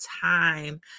time